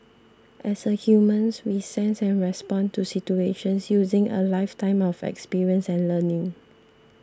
as humans we sense and respond to situations using a lifetime of experience and learning